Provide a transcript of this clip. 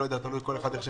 תלוי איך כל אחד מסתכל,